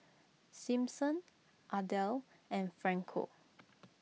Simpson Adel and Franco